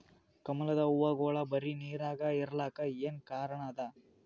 ಕಮಲದ ಹೂವಾಗೋಳ ಬರೀ ನೀರಾಗ ಇರಲಾಕ ಏನ ಕಾರಣ ಅದಾ?